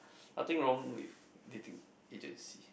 nothing wrong with getting agency